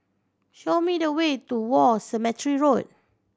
show me the way to War Cemetery Road